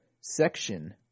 section